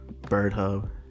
BirdHub